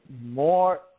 more